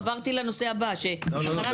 עברתי לנושא הבא, של תחנת כוח.